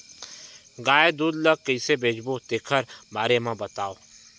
गाय दूध ल कइसे बेचबो तेखर बारे में बताओ?